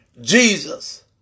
Jesus